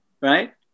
right